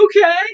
okay